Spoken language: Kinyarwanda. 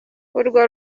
urwo